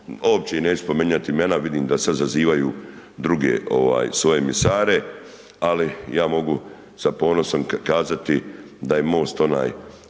uopće neću spominjat imena, vidim da sad sazivaju druge svoje misare ali ja mogu sa ponosom kazati da je MOST onaj